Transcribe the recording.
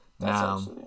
Now